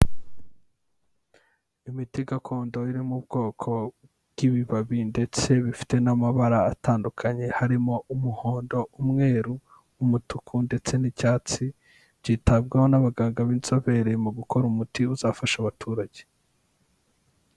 Imiti gakondo iri m'ubwoko bw'ibibabi ndetse bifite n'amabara atandukanye harimo umuhondo, umweru, umutuku ndetse n'icyatsi byitabwaho n'abaganga b'inzobere mu gukora umuti uzafasha abaturage.